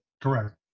Correct